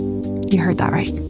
you heard that right.